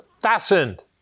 fastened